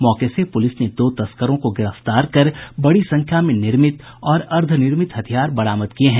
मैके से पुलिस ने दो तस्करों को गिरफ्तार कर बड़ी संख्या में निर्मित और अर्द्वनिर्मित हथियार बरामद किये हैं